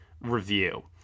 review